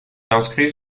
inscrit